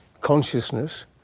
consciousness